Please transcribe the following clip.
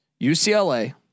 UCLA